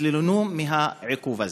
התלוננו על העיכוב הזה.